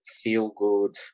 feel-good